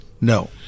No